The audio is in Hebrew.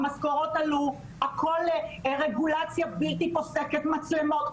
המשכורות עלו, רגולציה בלתי פוסקת, מצלמות.